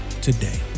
today